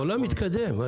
העולם מתקדם.